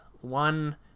one